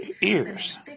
ears